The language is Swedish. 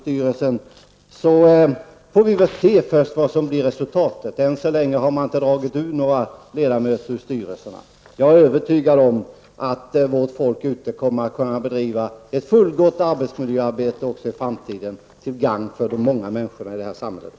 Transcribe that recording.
Beträffande SAF och arbetarskyddsstyrelsen får vi se hur resultatet blir. Än så länge har man inte tagit bort några ledamöter ur styrelserna. Jag är övertygad om att vårt folk ute i landet kommer att kunna bedriva ett fullgott arbetsmiljöarbete också i framtiden till gagn för de många människorna i samhället.